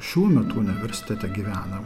šiuo metu universitete gyvena